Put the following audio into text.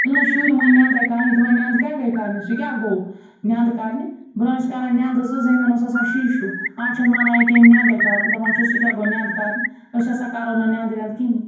ییٚلہِ نہٕ شُرۍ مٲنۍ نٮ۪ندَے کَرٕنۍ دَپان نٮ۪ندٕ کیٛاہ گٔے کَرنہِ سُہ کیٛاہ گوٚو نٮ۪ندٕ کَرنہِ برونٛہہ ٲسۍ کَران نٮ۪ندٕ زٕ زٔمیٖن اوس آسان شیٖشہِ ہیوٗ آز چھِنہٕ مانان ییٚکیٛاہ یِم نٮ۪ندَے کَرُن دَپان چھِ سُہ کیٛاہ گوٚو نٮ۪ندٕ کَرٕنۍ أسۍ ہَسا کَرو نہٕ نٮ۪ندٕ وٮ۪ندٕ کِہیٖنۍ